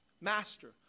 Master